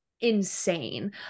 insane